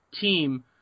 team